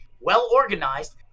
well-organized